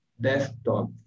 desktop